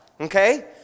Okay